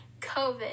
covid